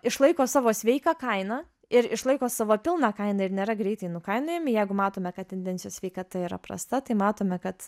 išlaiko savo sveiką kainą ir išlaiko savo pilną kainą ir nėra greitai nukainojami jeigu matome kad tendencijos sveikata yra prasta tai matome kad